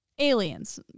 Aliens